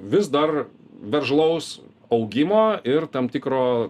vis dar veržlaus augimo ir tam tikro